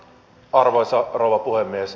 arvoisa rouva puhemies